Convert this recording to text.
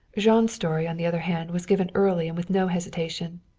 jean's story, on the other hand, was given early and with no hesitation.